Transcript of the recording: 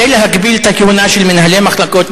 ולהגביל את הכהונה של מנהלי מחלקות,